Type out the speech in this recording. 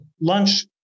lunch